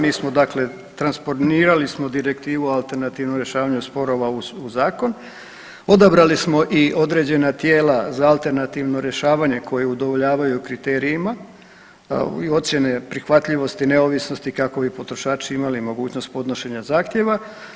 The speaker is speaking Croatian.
Mi smo dakle transpornirali smo Direktivu o alternativnom rješavanju sporova u zakon, odabrali smo i određena tijela za alternativno rješavanje koji udovoljavaju kriterijima i ocjene prihvatljivosti, neovisnosti kako bi potrošači imali mogućnost podnošenja zahtjeva.